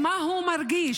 -- מה הוא מרגיש.